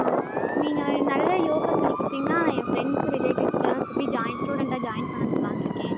ஆ நீங்கள் நல்ல யோகா சொல்லி கொடுத்திங்கனா என் ஃப்ரெண்ட்ஸு ரிலேட்டிவ்ஸ்ட்டலாம் சொல்லி ஜாய் ஸ்டூடெண்ட்டாக ஜாயின் பண்ண சொல்லான்ருக்கேன்